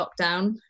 lockdown